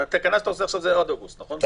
התקנה שאתה עושה עכשיו זה עד אוגוסט, נכון?